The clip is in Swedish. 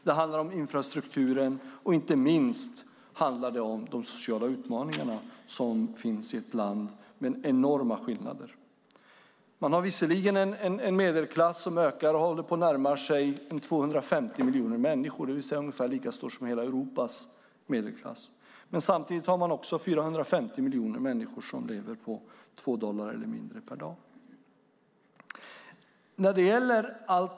Det handlar om infrastruktur och inte minst om de sociala utmaningar som finns i ett land med enorma skillnader. Medelklassen ökar visserligen, och närmar sig 250 miljoner människor, det vill säga ungefär lika många som hela Europas medelklass. Samtidigt är det 450 miljoner människor som lever på 2 dollar eller mindre per dag.